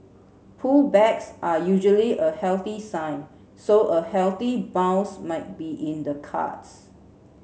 pullbacks are usually a healthy sign so a healthy bounce might be in the cards